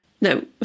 no